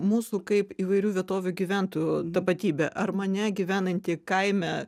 mūsų kaip įvairių vietovių gyventojų tapatybė ar mane gyvenantį kaime